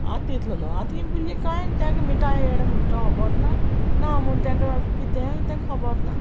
आत तितलो न्हूं आत हीं भुरगीं कांय तेंक मिठां हेळ म्हुट तो होबोर ना ना म्हूण तेंकां कितें होबोर ना